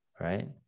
right